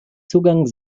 zugang